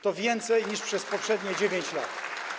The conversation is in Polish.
To więcej niż przez poprzednie 9 lat.